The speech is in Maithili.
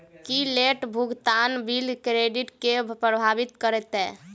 की लेट भुगतान बिल क्रेडिट केँ प्रभावित करतै?